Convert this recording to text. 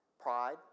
pride